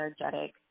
energetic